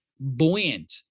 buoyant